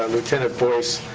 um lieutenant boyce,